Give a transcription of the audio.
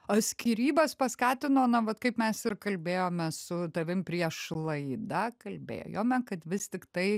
o skyrybas paskatino na vat kaip mes ir kalbėjome su tavim prieš laidą kalbėjome kad vis tiktai